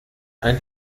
ein